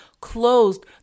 closed